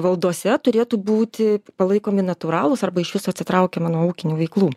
valdose turėtų būti palaikomi natūralūs arba išvis atsitraukiama nuo ūkinių veiklų